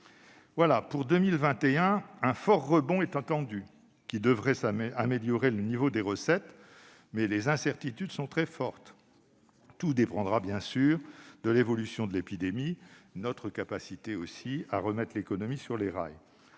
Pour 2021, un fort rebond est attendu, qui devrait améliorer le niveau des recettes, mais les incertitudes sont très fortes. Tout dépendra, bien sûr, de l'évolution de l'épidémie et de notre capacité à remettre l'économie sur les rails.